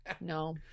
No